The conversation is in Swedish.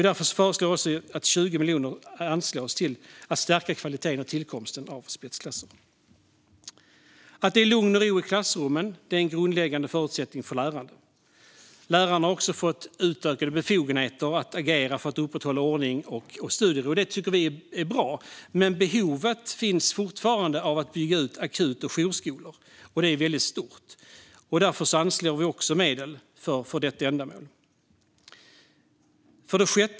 Därför föreslår vi att 20 miljoner anslås till att stärka kvaliteten i och tillkomsten av spetsklasser. Att det är lugn och ro i klassrummen är en grundläggande förutsättning för lärarna. Lärarna har också fått utökade befogenheter att agera för att upprätthålla ordning och studiero, och det tycker vi är bra. Men det finns fortfarande ett behov av att bygga ut akut och jourskolor, och det är väldigt stort. Därför anslår vi medel även för detta ändamål.